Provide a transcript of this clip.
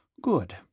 Good